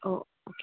ஓ ஓகேங்க